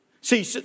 See